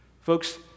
Folks